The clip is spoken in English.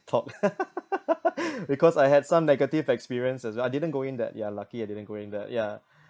talk because I have some negative experiences I didn't go in that yeah lucky I didn't go in that yeah